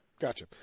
Gotcha